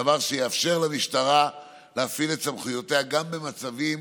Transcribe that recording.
דבר שיאפשר למשטרה להפעיל את סמכויותיה גם במצבים